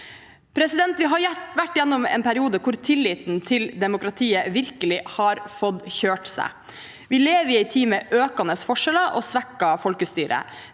hensyntas». Vi har vært igjennom en periode hvor tilliten til demokratiet virkelig har fått kjørt seg. Vi lever i en tid med økende forskjeller og svekket folkestyre.